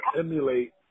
emulate